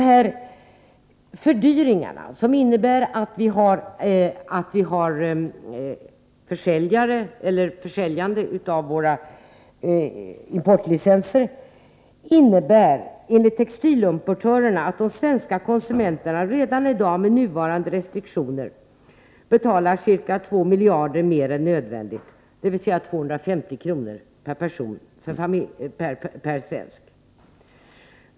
Systemet med försäljning av våra importlicenser innebär enligt textilimportörerna att de svenska konsumenterna redan i dag med nuvarande restriktioner betalar ca två miljarder mer än nödvändigt, dvs. 250 kr. per svensk.